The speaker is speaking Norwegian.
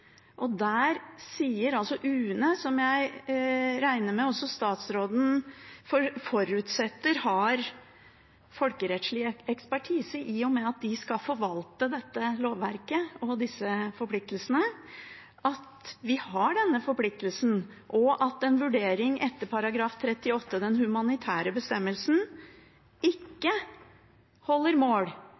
Der sier altså UNE – som jeg regner med også statsråden forutsetter har folkerettslig ekspertise, i og med at de skal forvalte dette lovverket og disse forpliktelsene – at vi har denne forpliktelsen, og at en vurdering etter § 38, den humanitære bestemmelsen, ikke holder mål